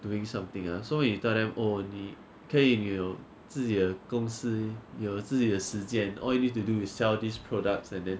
doing something lah so when you tell them oh 你可以你有自己的公司有自己的时间 all you need to do is sell these products and then